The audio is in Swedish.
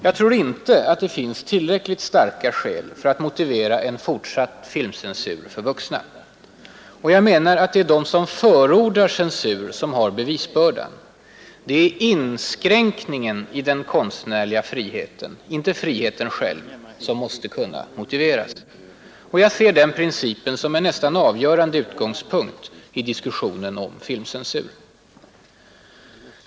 Jag tror inte att det finns tillräckligt starka skäl för att motivera en fortsatt filmcensur för vuxna. Och jag menar att det är de som förordar censur som har bevisbördan. Det är inskränkningen i den konstnärliga friheten, inte friheten själv, som måste kunna motiveras. Jag ser den principen som en nästan avgörande utgångspunkt i diskussionen om filmcensur.